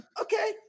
okay